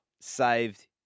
saved